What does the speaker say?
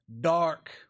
dark